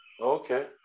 Okay